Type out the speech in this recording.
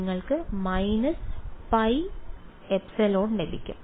നിങ്ങൾക്ക് − πε ലഭിക്കും